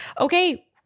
okay